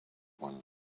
one